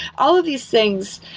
all of these things,